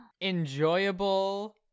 Enjoyable